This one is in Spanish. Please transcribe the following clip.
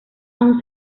aún